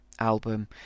Album